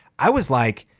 i was like,